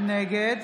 נגד